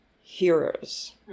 heroes